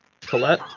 colette